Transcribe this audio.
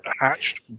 hatched